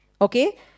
okay